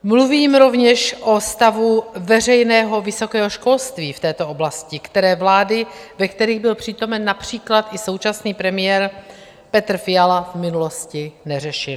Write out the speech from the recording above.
Mluvím rovněž o stavu veřejného vysokého školství v této oblasti, které vlády, ve kterých byl přítomen například i současný premiér Petr Fiala, v minulosti neřešily.